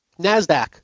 NASDAQ